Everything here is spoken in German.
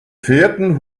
vierten